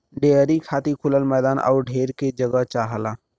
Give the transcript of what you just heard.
dairy खातिर खुलल मैदान आउर ढेर के जगह चाहला